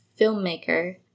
filmmaker